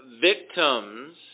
victims